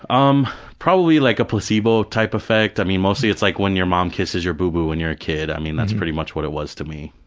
um like a placebo type effect, i mean mostly it's like when your mom kisses your booboo when you're a kid, i mean that's pretty much what it was to me.